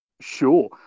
sure